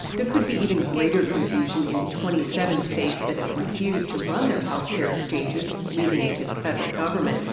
there could be even greater confusion in the twenty seven states that have refused to run their health care exchanges, leaving it to the federal government.